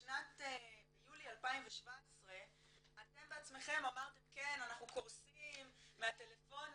ביולי 2017 אתם בעצמכם אמרתם כן אנחנו קורסים מהטלפונים,